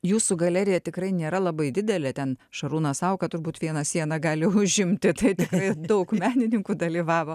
jūsų galerija tikrai nėra labai didelė ten šarūnas sauka turbūt vieną sieną gali užimti tai tikrai daug menininkų dalyvavo